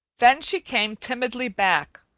then she came timidly back,